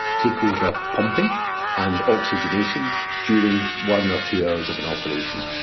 take over pumping and oxidisation during one or two hours of an operation.